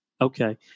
Okay